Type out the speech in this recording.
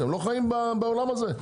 אתם לא חיים בעולם הזה?